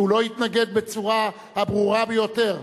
שהוא לא התנגד בצורה הברורה ביותר?